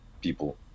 people